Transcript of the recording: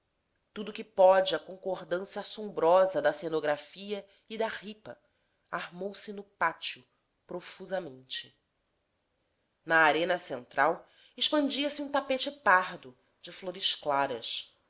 tudo que pode a concordância assombrosa da cenografia e da ripa armou-se no pátio profusamente na arena central expandia-se um tapete pardo de flores claras